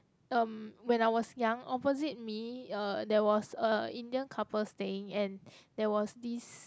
um when I was young opposite me uh there was a Indian couple staying and there was this